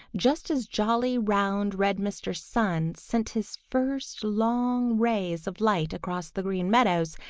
just as jolly, round, red mr. sun sent his first long rays of light across the green meadows,